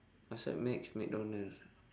outside nex McDonald